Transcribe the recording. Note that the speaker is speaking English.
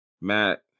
Matt